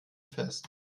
fest